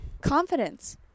confidence